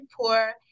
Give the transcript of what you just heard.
poor